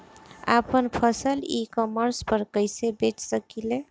आपन फसल e commerce पर कईसे बेच सकिले?